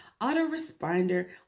Autoresponder